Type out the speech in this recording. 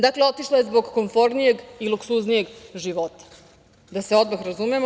Dakle, otišla je zbog komfornijeg i luksuznijeg života, da se odmah razumemo.